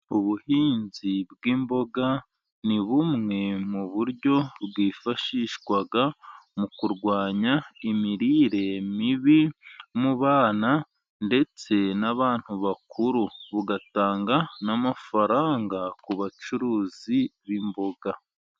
Ubuhinzi bw'imboga ni bumwe mu buryo bwifashishwa, mu kurwanya imirire mibi mu bana ndetse n'abantu bakuru. Bugatanga n'amafaranga ku bacuruzi b'imboga.